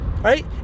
right